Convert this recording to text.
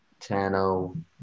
Tano